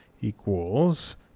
equals